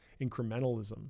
incrementalism